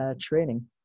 training